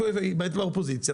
מהאופוזיציה,